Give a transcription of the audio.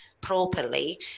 properly